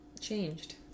changed